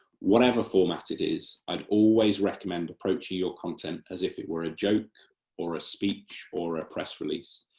whatever format it is, i would always recommend approaching your content as if it were a joke or a speech or a press release,